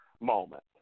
moment